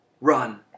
run